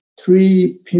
three